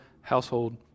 household